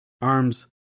arms